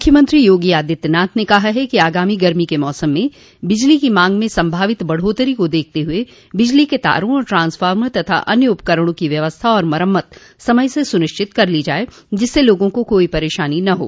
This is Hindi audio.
मुख्यमंत्री योगी आदित्यनाथ ने कहा है कि आगामी गरमी के मौसम में बिजली की मांग में संभावित बढ़ोत्तरी को देखते हुए बिजली के तारों और ट्रांसफार्मर तथा अन्य उपकरणों की व्यवस्था और मरम्मत समय से सुनिश्चित कर ली जाये जिससे लोगों को कोई परेशानी न हो